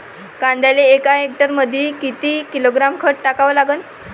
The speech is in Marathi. कांद्याले एका हेक्टरमंदी किती किलोग्रॅम खत टाकावं लागन?